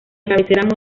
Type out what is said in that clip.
cabecera